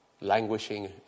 Languishing